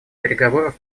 переговоров